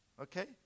Okay